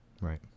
right